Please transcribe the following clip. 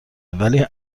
ولی